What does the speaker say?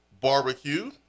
Barbecue